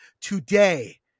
today